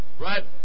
Right